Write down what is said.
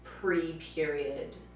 pre-period